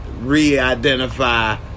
re-identify